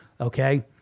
okay